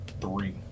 Three